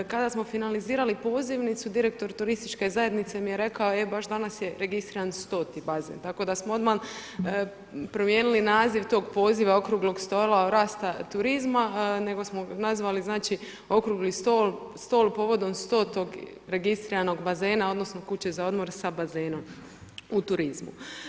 Kada smo finalizirali pozivnicu, direktor turističke zajednice mi je rekao e baš danas je registriram 100.-ti bazen tako da smo odmah promijenili naziv tog poziva okruglog stola rasta turizma nego smo ga nazvali okrugli stol, stol povodom 100.-og registriranog bazena odnosno kuće za odmor za bazenom u turizmu.